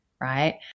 right